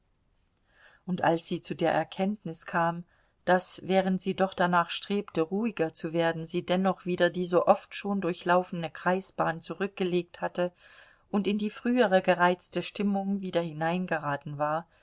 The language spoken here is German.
und als sie zu der erkenntnis kam daß während sie doch danach strebte ruhiger zu werden sie dennoch wieder die sooft schon durchlaufene kreisbahn zurückgelegt hatte und in die frühere gereizte stimmung wieder hineingeraten war